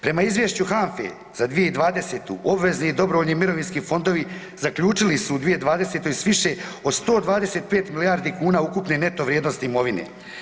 Prema izvješću HANFA-e za 2020., obvezni dobrovoljni mirovinski fondovi zaključili su u 2020. s više od 125 milijardi kuna ukupne neto vrijednosti imovine.